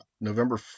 November